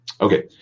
Okay